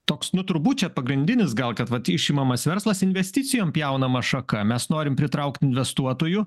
toks nu turbūt čia pagrindinis gal kad vat išimamas verslas investicijom pjaunama šaka mes norim pritraukt investuotojų